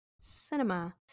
Cinema